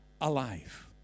alive